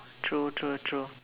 true true true